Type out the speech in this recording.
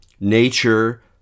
Nature